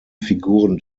figuren